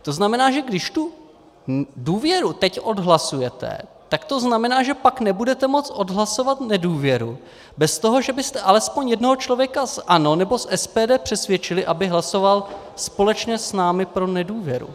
To znamená, že když tu důvěru teď odhlasujete, tak to znamená, že pak nebudete moct odhlasovat nedůvěru bez toho, že byste alespoň jednoho člověka z ANO nebo z SPD přesvědčili, aby hlasoval společně s námi pro nedůvěru.